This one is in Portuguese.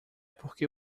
porque